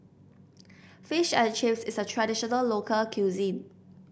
Fish and Chips is a traditional local cuisine